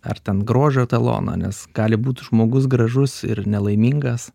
ar ten grožio etaloną nes gali būt žmogus gražus ir nelaimingas